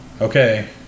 okay